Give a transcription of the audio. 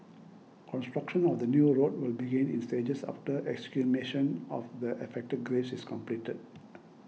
construction of the new road will begin in stages after exhumation of the affected graves is completed